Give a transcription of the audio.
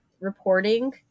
reporting